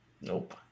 nope